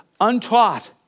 untaught